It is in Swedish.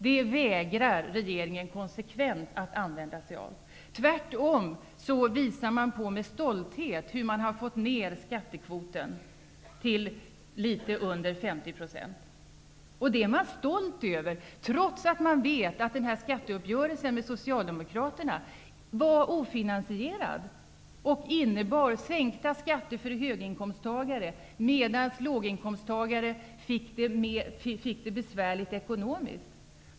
Det vägrar regeringen konsekvent att använda sig av. Tvärtom visar man med stolthet hur man har fått ner skattekvoten till litet under 50 %. Det är man stolt över, trots att man vet att skatteuppgörelsen med Socialdemokraterna var ofinansierad och innebar sänkta skatter för höginkomsttagare, medan låginkomsttagare fick det besvärligt ekonomiskt.